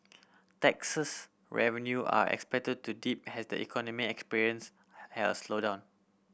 tax revenue are expected to dip has the economy experience has slowdown